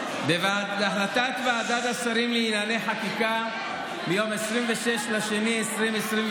בהחלטת ועדת השרים לענייני חקיקה מיום 26 בפברואר 2023